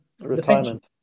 retirement